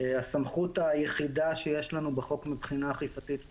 הסמכות היחידה שיש לנו בחוק מבחינה אכיפתית היא